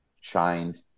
shined